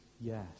yes